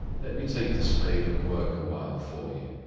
let me take the spade and work awhile for you.